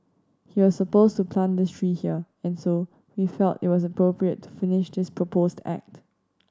he was supposed to plant this tree here and so we felt it was appropriate to finish this proposed act